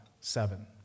seven